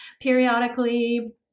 periodically